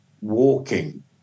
walking